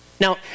Now